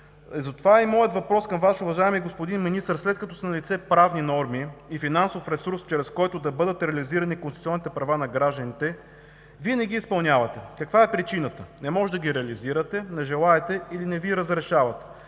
Затова моят въпрос към Вас, уважаеми господин Министър, е: след като са налице правни норми и финансов ресурс, чрез който да бъдат реализирани конституционните права на гражданите, Вие не ги изпълнявате – каква е причината? Не може да ги реализирате, не желаете или не Ви разрешават?